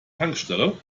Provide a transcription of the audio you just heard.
tankstelle